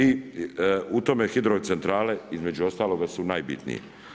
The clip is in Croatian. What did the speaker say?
I u tome hidrocentrale, između ostalog su najbitnije.